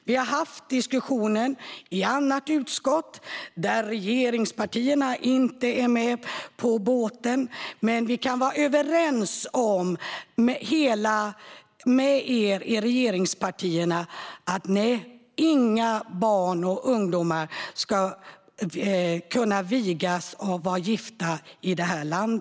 Denna diskussion har förts i ett annat utskott, och då har regeringspartierna inte varit med på båten. Men vi kan vara överens med er i regeringspartierna om att inga barn eller ungdomar ska kunna vigas och vara gifta i detta land.